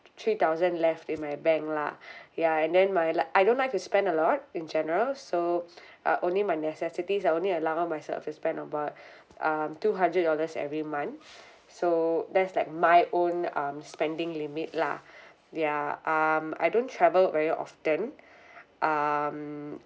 t~ three thousand left in my bank lah ya and then my like I don't like to spend a lot in general so uh only my necessities I only allowing myself to spend about um two hundred dollars every month so that's like my own um spending limit lah ya um I don't travel very often um